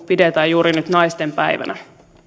pidetään juuri nyt naistenpäivänä